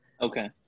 Okay